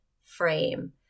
frame